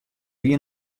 wie